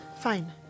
Fine